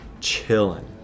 chilling